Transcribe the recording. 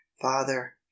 father